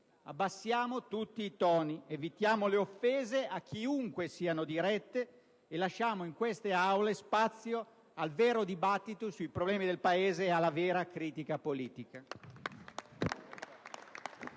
Abbassiamo tutti i toni, evitiamo le offese a chiunque siano dirette e lasciamo in queste Aule spazio al vero dibattito sui problemi del Paese e alla vera critica politica.